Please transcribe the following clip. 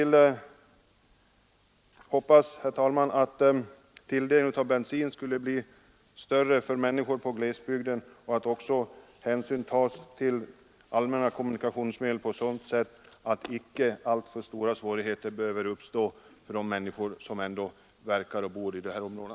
Jag hoppas, herr talman, att tilldelningen av bensin blir större till människor i glesbygden och att åtgärder vidtas beträffande de allmänna kommunikationsmedlen så att inte alltför stora svårigheter behöver uppstå för de människor som verkar och bor i dessa områden.